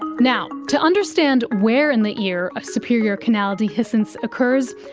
now, to understand where in the ear a superior canal dehiscence occurs,